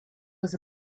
was